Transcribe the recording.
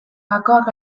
gakoak